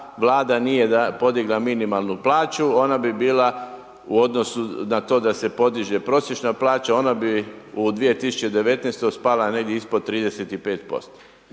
Vlada nije podigla minimalnu plaću ona bi bila u odnosu na to da se podiže prosječna plaća, ona bi u 2019. spala negdje ispod 35%.